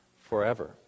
forever